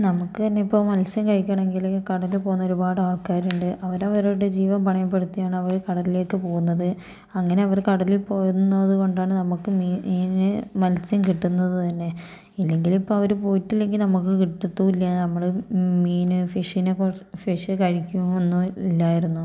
നമുക്കുതന്നെ ഇപ്പോൾ മത്സ്യം കഴിക്കണമെങ്കിൽ കടലിൽ പോകുന്ന ഒരുപാട് ആൾക്കാരുണ്ട് അവരവരുടെ ജീവൻ പണയപ്പെടുത്തിയാണ് അവർ കടലിലേക്ക് പോകുന്നത് അങ്ങനെ അവർ കടലിൽ പോകുന്നതു കൊണ്ടാണ് നമുക്ക് മീൻ മത്സ്യം കിട്ടുന്നത് തന്നെ ഇല്ലെങ്കിൽ ഇപ്പോൾ അവർ പോയിട്ടില്ലെങ്കിൽ നമുക്ക് കിട്ടത്തും ഇല്ല നമ്മൾ മീൻ ഫിഷ്ഷിനെ കുറേ ഫിഷ് കഴിക്കും ഒന്നും ഇല്ലായിരുന്നു